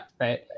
right